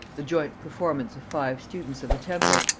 the joint performance of five students of the temple,